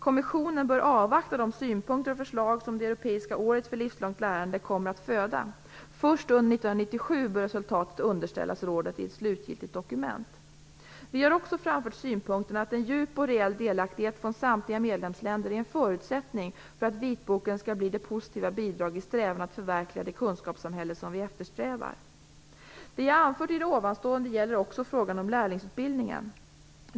Kommissionen bör avvakta de synpunkter och förslag som det europeiska året för livslångt lärande kommer att föda. Först under 1997 bör resultatet underställas rådet i ett slutgiltigt dokument. Vi har också framfört synpunkten att en djup och reell delaktighet från samtliga medlemsländer är en förutsättning för att vitboken skall bli det positiva bidrag i strävan att förverkliga det kunskapssamhälle som vi alla eftersträvar. Det jag anfört i det ovanstående gäller också frågan om lärlingsutbildningen.